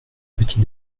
petit